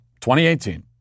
2018